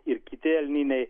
ir kiti elniniai